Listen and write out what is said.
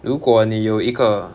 如果你有一个